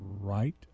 right